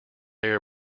air